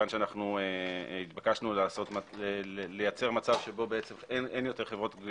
אנחנו התבקשנו לייצר מצב שבו אין יותר חברות גבייה